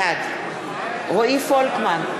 בעד רועי פולקמן,